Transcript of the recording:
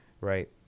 right